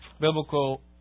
biblical